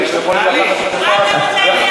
מה אתה נותן יד לזה?